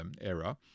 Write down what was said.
era